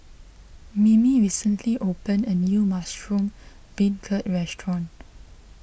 Mimi recently opened a new Mushroom Beancurd restaurant